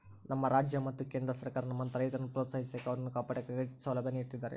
ನಮ್ಮ ರಾಜ್ಯ ಮತ್ತು ಕೇಂದ್ರ ಸರ್ಕಾರ ನಮ್ಮಂತಹ ರೈತರನ್ನು ಪ್ರೋತ್ಸಾಹಿಸಾಕ ಅವರನ್ನು ಕಾಪಾಡಾಕ ಕ್ರೆಡಿಟ್ ಸೌಲಭ್ಯ ನೀಡುತ್ತಿದ್ದಾರೆ